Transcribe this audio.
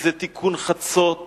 אם זה תיקון חצות,